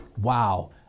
Wow